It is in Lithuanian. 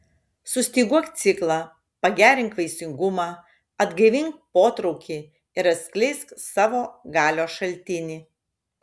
sustyguok ciklą pagerink vaisingumą atgaivink potraukį ir atskleisk savo galios šaltinį